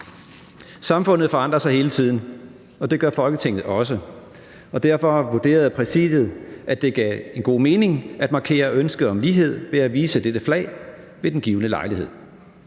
Samfundet forandrer sig hele tiden, og det gør Folketinget også. Derfor vurderede Præsidiet, at det gav god mening at markere ønsket om lighed ved at vise dette flag ved den givne lejlighed.